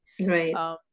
Right